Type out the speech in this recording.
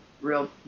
real